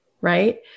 right